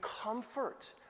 comfort